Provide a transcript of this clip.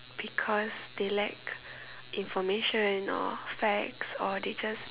because they lack information or facts or they just